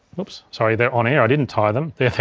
whoops, sorry, they're on air, i didn't tie them. there,